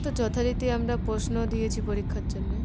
তো যথারীতি আমরা প্রশ্ন দিয়েছি পরীক্ষার জন্যে